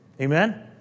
Amen